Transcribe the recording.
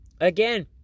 again